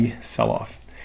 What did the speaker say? sell-off